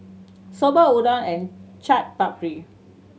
Soba Udon and Chaat Papri